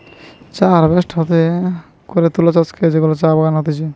চা হারভেস্ট হাতে করে তুলা হতিছে যেগুলা চা বাগানে হতিছে